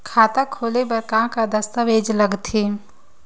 खाता खोले बर का का दस्तावेज लगथे?